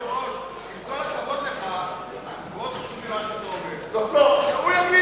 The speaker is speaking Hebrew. שהוא יגיד